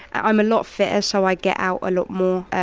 i'm a lot fitter, so i get out a lot more,